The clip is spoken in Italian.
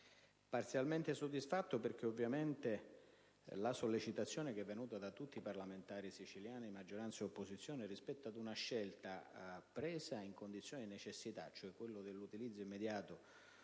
parzialmente soddisfatto. Infatti, la sollecitazione che è venuta da tutti i parlamentari siciliani, di maggioranza e opposizione, rispetto ad una scelta assunta in condizioni di necessità, cioè l'utilizzo immediato